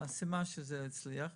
סימן שזה הצליח.